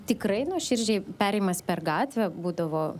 tikrai nuoširdžiai perėjimas per gatvę būdavo